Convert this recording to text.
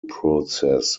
process